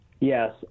Yes